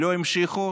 ולא המשיכו